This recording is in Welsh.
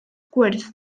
gwyrdd